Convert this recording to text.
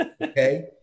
Okay